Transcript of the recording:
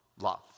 love